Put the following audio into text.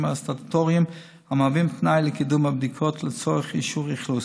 הסטטוטוריים המהווים תנאי לקידום הבדיקות לצורך אישור אכלוס.